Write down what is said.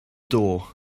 door